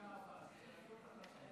אני רוצה להשתתף